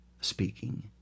speaking